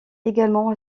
également